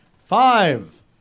Five